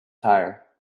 tyre